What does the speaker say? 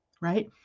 right